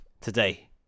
Today